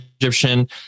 Egyptian